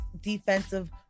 defensive